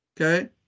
Okay